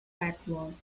backwards